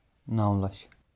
نو لَچھ